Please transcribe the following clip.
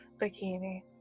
bikini